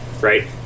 right